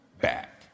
back